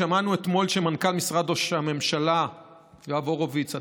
שמענו אתמול שמנכ"ל משרד ראש הממשלה יואב הורוביץ,